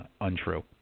untrue